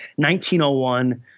1901